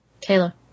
Taylor